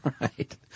Right